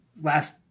last